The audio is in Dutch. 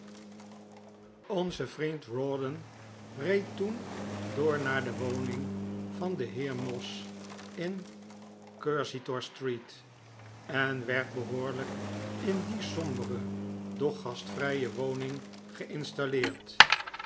nze vriend rawdon reed toen door naar de woning van den heer moss in op cursitor street en werd behoorlijk in die sombere doch gastvrije woning geinstalleerd